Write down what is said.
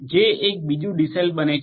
જે એક બીજું ડીસેલ બને છે